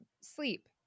Sleep